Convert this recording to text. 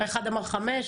אחד אמר חמש.